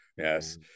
Yes